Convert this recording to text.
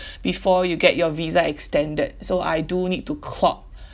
before you get your visa extended so I do need to clock